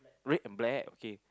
red and black okay